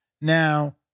Now